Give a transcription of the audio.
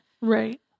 Right